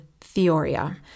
theoria